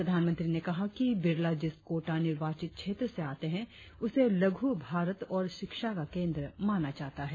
प्रधानमंत्री ने कहा कि बिड़ला जिस कोटा निर्वाचित क्षेत्र से आते है उसे लघु भारत और शिक्षा का केंद्र माना जाता है